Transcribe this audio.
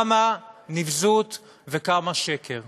כמה נבזות וכמה שקר.